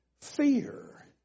fear